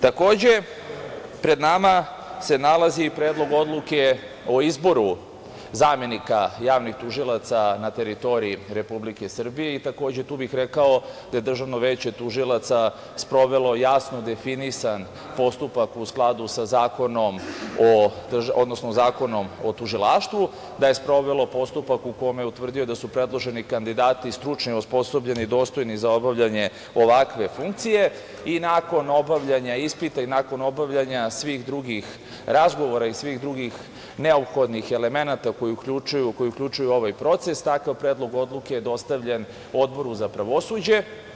Takođe, pred nama se nalazi i Predlog odluke o izboru zamenika javnih tužilaca na teritoriji Republike Srbije i takođe, tu bih rekao da je Državno veće tužilaca sprovelo jasno definisan postupak u skladu sa Zakonom o tužilaštvu, da je sprovelo postupak u kome je utvrdio da su predloženi kandidati, stručni i osposobljeni i dostojni za obavljanje ovakve funkcije i nakon obavljanja ispita i nakon obavljanja svih drugih razgovora i svih drugih neophodnih elemenata koji uključuju ovaj proces, takav Predlog odluke je dostavljen Odboru za pravosuđe.